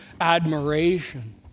admiration